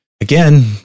again